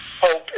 hope